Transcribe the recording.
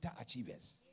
achievers